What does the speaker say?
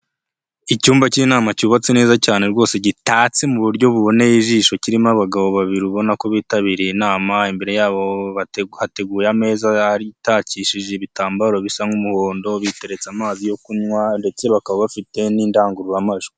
Icyumba cy'inama cyubatse neza cyane rwose gitatse mu buryo buboneye ijisho kirimo abagabo babiri ubona ko bitabiriye inama, imbere yabo hateguye ameza atakishijwe ibitambaro bisa nk'umuhondo, biteretse amazi yo kunywa ndetse bakaba bafite n'indangururamajwi.